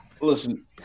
listen